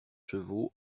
chevaux